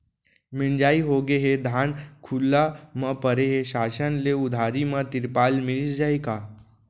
मिंजाई होगे हे, धान खुला म परे हे, शासन ले उधारी म तिरपाल मिलिस जाही का?